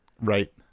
Right